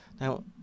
Now